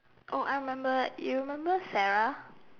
I remember you remember Sarah